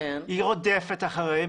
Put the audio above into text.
היא רודפת אחריהם,